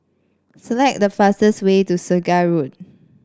select the fastest way to Segar Road